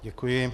Děkuji.